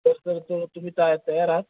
तर सर तु तुम्ही तया तयार आहात